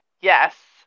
Yes